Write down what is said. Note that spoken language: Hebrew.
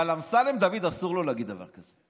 אבל אמסלם דוד, אסור לו להגיד דבר כזה,